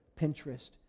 Pinterest